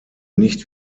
nicht